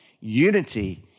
unity